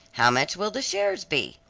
how much will the shares be?